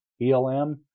BLM